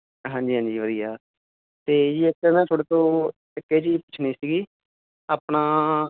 ਹਾਂਜੀ ਹਾਂਜੀ ਵਧੀਆ ਅਤੇ ਜੀ ਅਸੀਂ ਨਾ ਤੁਹਾਡੇ ਤੋਂ ਇੱਕ ਇਹ ਚੀਜ਼ ਪੁੱਛਣੀ ਸੀਗੀ ਆਪਣਾ